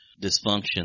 dysfunction